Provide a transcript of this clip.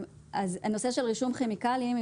אז הנושא של רישום כימיקלים,